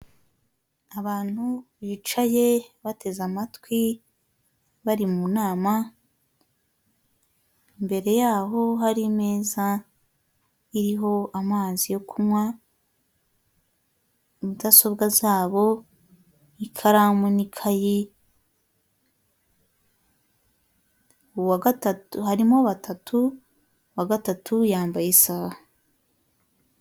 Abantu bicaye bateze amatwi bari mu nama mbere yaho hari imeza iriho amazi yo kunywa, mudasobwa zabo ikaramu n'ikayi harimo batatu uwa gatatu yambaye isaha.